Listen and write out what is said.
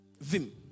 Vim